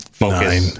nine